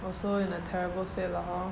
also in a terrible say lah hor